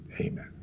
Amen